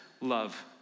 love